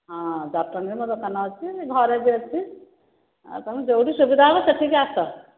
ହଁ ଜଟଣୀ ରେ ମୋ' ଦୋକାନ ଅଛି ଘରେ ବି ଅଛି ଆଉ ତୁମକୁ ଯେଉଁଠି ସୁବିଧା ହେବ ସେଠିକି ଆସ